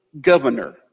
governor